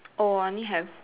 oh I only have